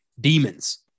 demons